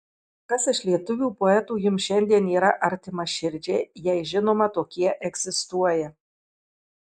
kas iš lietuvių poetų jums šiandien yra artimas širdžiai jei žinoma tokie egzistuoja